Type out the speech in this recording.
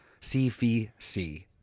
cvc